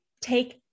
take